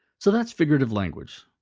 so that's figurative language.